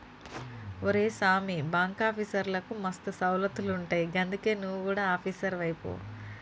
ఒరే సామీ, బాంకాఫీసర్లకు మస్తు సౌలతులుంటయ్ గందుకే నువు గుడ ఆపీసరువైపో